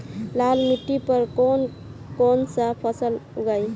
लाल मिट्टी पर कौन कौनसा फसल उगाई?